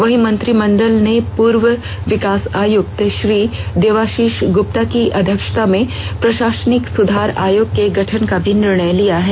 वहीं मंत्रिमंडल ने पूर्व विकास आयुक्त श्री देवाशीष गुप्ता की अध्यक्षता में प्रशासनिक सुधार आयोग के गठन का भी निर्णय लिया है